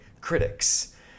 critics